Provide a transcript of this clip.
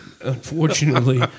unfortunately